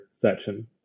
section